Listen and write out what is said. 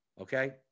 Okay